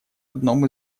одном